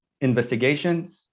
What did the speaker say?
investigations